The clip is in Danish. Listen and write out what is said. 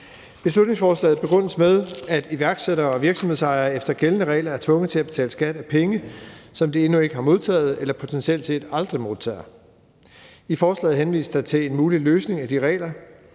Beslutningsforslaget begrundes med, at iværksættere og virksomhedsejere efter gældende regler er tvunget til at betale skat af penge, som de endnu ikke har modtaget eller potentielt set aldrig modtager. I forslaget henvises der til en mulig løsning til de regler,